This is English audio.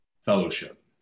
fellowship